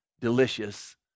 delicious